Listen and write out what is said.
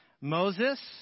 Moses